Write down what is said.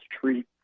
treat